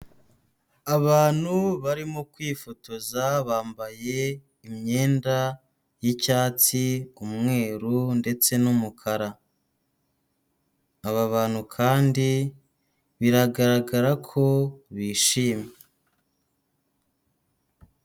Abantu barimo kwifotoza bambaye imyenda y'icyatsi, umweru ndetse n'umukara, aba bantu kandi biragaragara ko bishimye.